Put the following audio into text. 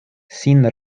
sin